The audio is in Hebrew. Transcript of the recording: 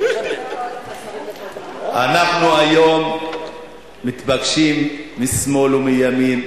אנחנו היום מתבקשים משמאל ומימין,